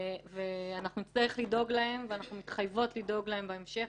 אנחנו נצטרך לדאוג להם ואנחנו מתחייבות לדאוג להם בהמשך,